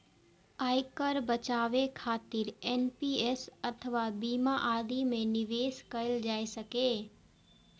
आयकर बचाबै खातिर एन.पी.एस अथवा बीमा आदि मे निवेश कैल जा सकैए